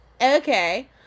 Okay